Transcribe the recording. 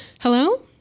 Hello